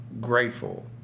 grateful